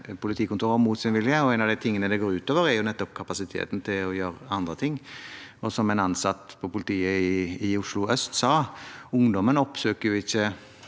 politikontorer mot sin vilje. Én av de tingene det går ut over, er nettopp kapasiteten til å gjøre andre ting. Som en ansatt i politiet i Oslo øst sa: Ungdommen oppsøker jo ikke